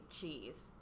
cheese